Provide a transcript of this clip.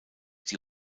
die